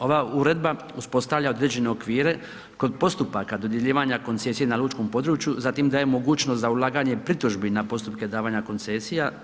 Ova uredba uspostavlja određene okvire kod postupaka dodjeljivanja koncesije na lučkom području, zatim daje mogućnost za ulaganje pritužbi na postupke davanja koncesija.